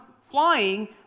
flying